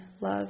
love